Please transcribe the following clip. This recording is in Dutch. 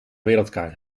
wereldkaart